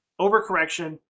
Overcorrection